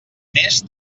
més